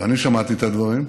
ואני שמעתי את הדברים,